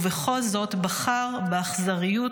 ובכל זאת בחר באכזריות,